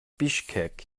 bischkek